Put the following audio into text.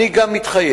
אני גם מתחייב,